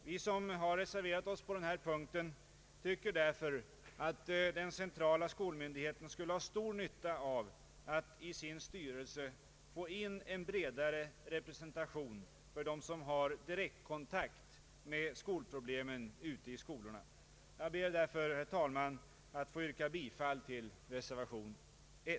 Vi som har reserverat oss på denna punkt anser därför att den centrala skolmyndigheten skulle ha stor nytta av att i sin styrelse få in en bredare representation för dem som har direktkontakt med skolproblemen ute i skolorna. Jag ber därför, herr talman, att få yrka bifall till reservationen.